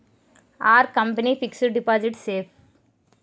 Are company fixed deposit safe?